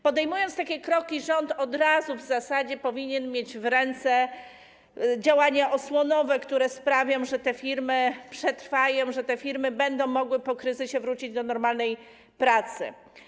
Podejmując takie kroki, rząd w zasadzie od razu powinien mieć w ręce działania osłonowe, które sprawią, że te firmy przetrwają, że te firmy będą mogły po kryzysie wrócić do normalnej pracy.